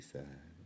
Side